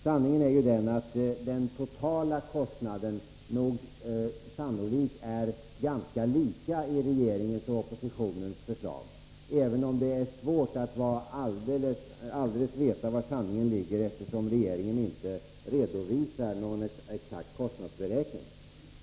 Sanningen är att den totala kostnaden sannolikt är ganska lika i regeringens och oppositionens förslag, även om det är svårt att helt veta var sanningen ligger, då regeringen inte redovisar någon exakt kostnadsberäkning.